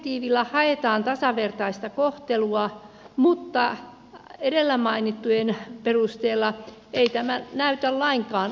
direktiivillä haetaan tasavertaista kohtelua mutta edellä mainittujen perusteella ei tämä näytä lainkaan oikealta